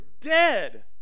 dead